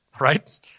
right